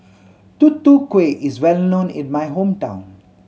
Tutu Kueh is well known in my hometown